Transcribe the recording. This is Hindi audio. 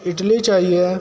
इडली चाहिए है